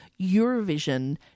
Eurovision